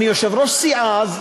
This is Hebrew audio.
אני יושב-ראש סיעה אז,